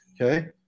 Okay